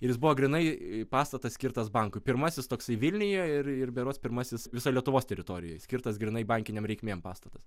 ir jis buvo grynai pastatas skirtas bankui pirmasis toksai vilniuje ir ir berods pirmasis visoj lietuvos teritorijoj skirtas grynai bankiniam reikmėm pastatas